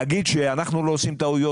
להגיד שאנחנו לא עושים טעויות,